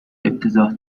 افتضاح